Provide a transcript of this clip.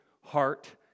heart